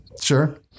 sure